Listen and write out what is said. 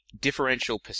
differential